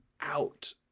out